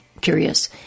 curious